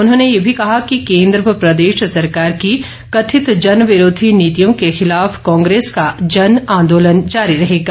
उन्होंने ये भी कहा कि केन्द्र व प्रदेश सरकार की कथित जनविरोधी नीतियों के खिलाफ कांग्रेस का जनआंदोलन जारी रहेगा